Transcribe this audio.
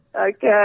Okay